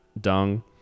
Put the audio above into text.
dung